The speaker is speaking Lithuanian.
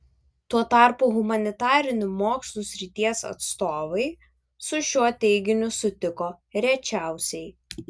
tuo tarpu humanitarinių mokslų srities atstovai su šiuo teiginiu sutiko rečiausiai